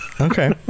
okay